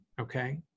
Okay